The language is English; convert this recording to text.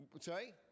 Sorry